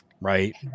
Right